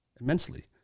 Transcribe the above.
immensely